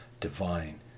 divine